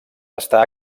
està